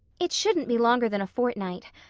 it shouldn't be longer than a fortnight.